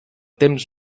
temps